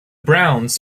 browns